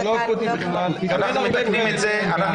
זה לא אקוטי בכלל.